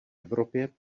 evropě